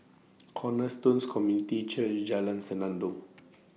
Cornerstone Community Church Jalan Senandong